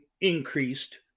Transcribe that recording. increased